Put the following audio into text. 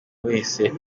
wese